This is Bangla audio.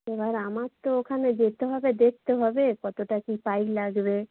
এবার আমার তো ওখানে যেতে হবে দেখতে হবে কতটা কি পাইপ লাগবে